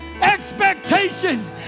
expectation